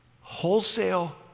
wholesale